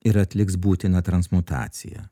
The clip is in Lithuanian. ir atliks būtiną transmutaciją